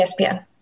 ESPN